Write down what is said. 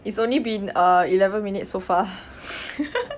it's only been err eleven minutes so far